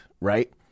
right